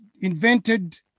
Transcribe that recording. invented